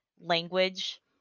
language